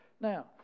Now